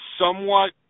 somewhat